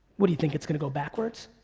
what do you think it's gonna go backwards?